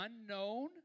unknown